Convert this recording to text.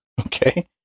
Okay